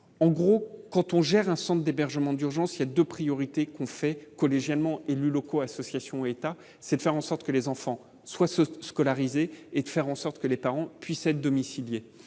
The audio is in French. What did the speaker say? en gros quand on gère un centre d'hébergement d'urgence, il y a 2 priorités qu'on fait, collégialement, élus locaux, associations, État, c'est de faire en sorte que les enfants soient scolarisés et de faire en sorte que les parents puissent être domiciliés